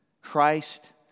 Christ